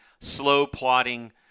slow-plotting